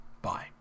Bye